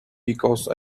because